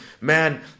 man